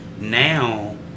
Now